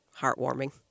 heartwarming